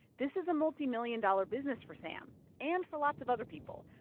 this is a multimillion-dollar business for sam and for lots of other people.